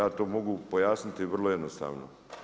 Ja to mogu pojasniti vrlo jednostavno.